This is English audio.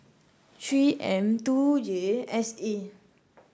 three M two J S A